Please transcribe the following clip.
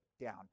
down